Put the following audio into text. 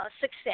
success